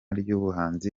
ry’ubuhanzi